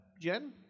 Jen